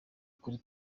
kuri